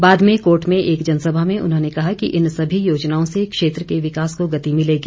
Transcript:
बाद में कोट में एक जनसभा में उन्होंने कहा कि इन सभी योजनाओं से क्षेत्र के विकास को गति मिलेगी